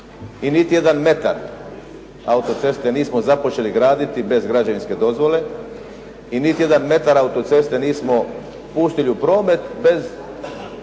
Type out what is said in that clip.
i niti jedan metar auto-ceste nismo započeli graditi bez građevinske dozvole i niti jedan metar auto-ceste nismo pustili u promet bez